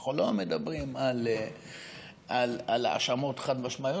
אנחנו לא מדברים על האשמות חד-משמעיות,